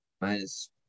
minus